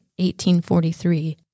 1843